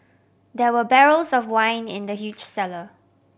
there were barrels of wine in the huge cellar